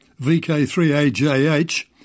VK3AJH